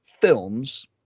films